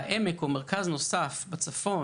אז אני אומר לך שההמתנה היא שלושה חודשים בכרמל,